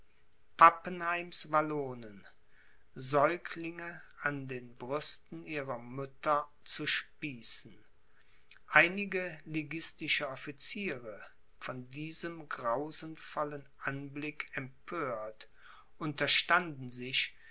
pappenheims wallonen säuglinge an den brüsten ihrer mütter zu spießen einige liguistische offiziere von diesem grausenvollen anblick empört unterstanden sich